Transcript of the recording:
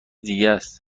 دیگس